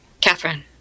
Catherine